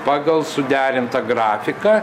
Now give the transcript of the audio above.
pagal suderintą grafiką